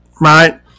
right